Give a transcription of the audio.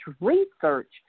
research